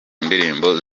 ndirimbo